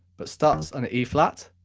but starts on a e flat,